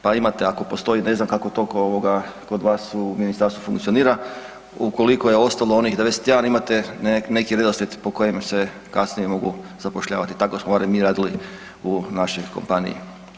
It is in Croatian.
Pa imate ako postoji ne znam kako to kod vas u ministarstvu funkcionira, ukoliko je ostalo onih 91 imate neki redoslijed po kojim se kasnije mogu zapošljavati, tako smo barem mi radili u našoj kompaniji.